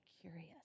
curious